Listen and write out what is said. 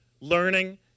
learning